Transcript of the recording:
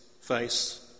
face